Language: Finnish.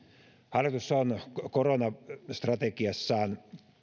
hallitus on koronastrategiassaan